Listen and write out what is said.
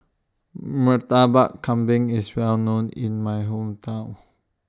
Murtabak Kambing IS Well known in My Hometown